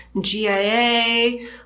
GIA